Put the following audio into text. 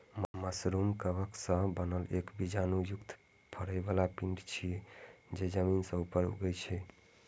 mushroom कवक सं बनल एक बीजाणु युक्त फरै बला पिंड छियै, जे जमीन सं ऊपर उगै छै